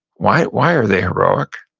why why are they heroic?